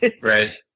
Right